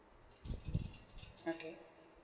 okay